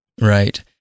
right